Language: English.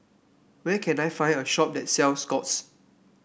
where can I find a shop that sells Scott's